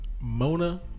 Mona